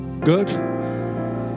Good